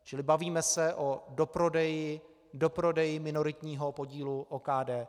Čili bavíme se o doprodeji doprodeji minoritního podílu OKD.